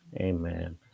Amen